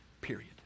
Period